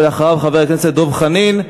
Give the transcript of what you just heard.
ואחריו חבר הכנסת דב חנין.